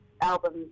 album